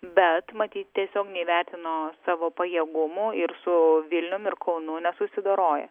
bet maty tiesiog neįvertino savo pajėgumų ir su vilnium ir kaunu nesusidoroja